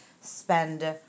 spend